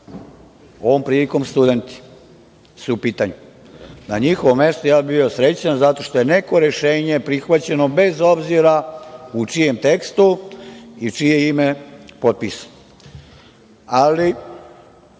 Ovom prilikom studenti su u pitanju. Na njihovom mestu ja bih bio srećan zato što je neko rešenje prihvaćeno, bez obzira u čijem tekstu i čije je ime potpisano. Kao